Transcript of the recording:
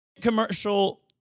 Commercial